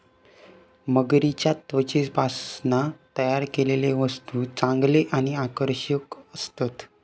मगरीच्या त्वचेपासना तयार केलेले वस्तु चांगले आणि आकर्षक असतत